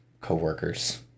co-workers